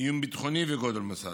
איום ביטחוני וגודל מוסד.